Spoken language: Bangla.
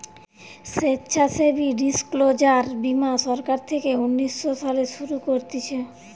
স্বেচ্ছাসেবী ডিসক্লোজার বীমা সরকার থেকে উনিশ শো সালে শুরু করতিছে